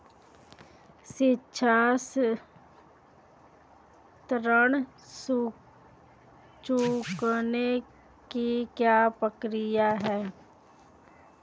शिक्षा ऋण चुकाने की प्रक्रिया क्या है?